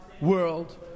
world